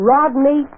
Rodney